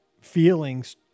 feelings